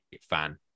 fan